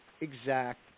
exact